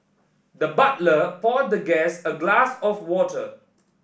the butler poured the guest a glass of water